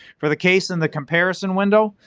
for the case in the comparison window,